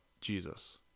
Jesus